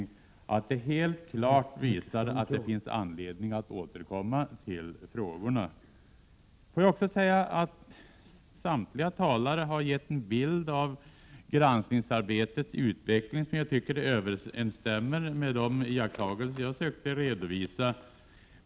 Det framstår som helt klart att det finns anledning att återkomma till frågorna. Samtliga talare har gett en bild av granskningsarbetets utveckling som jag tycker överensstämmer med de iakttagelser som jag har försökt redovisa.